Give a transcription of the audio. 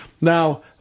Now